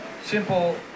simple